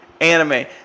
anime